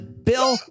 Bill